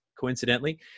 coincidentally